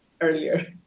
earlier